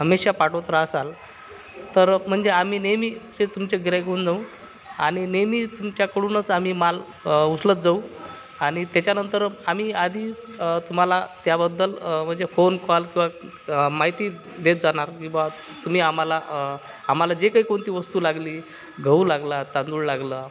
हमेशा पाठवत राहसाल तर म्हणजे आम्ही नेहमीचे तुमचे गिऱ्हाईक होऊन जाऊ आणि नेहमी तुमच्याकडूनच आम्ही माल उचलत जाऊ आणि त्याच्यानंतर आम्ही आधीच तुम्हाला त्याबद्दल म्हणजे फोन कॉल किंवा माहिती देत जाणार की बा तुम्ही आम्हाला आम्हाला जे काही कोणती वस्तू लागली गहू लागला तांदूळ लागला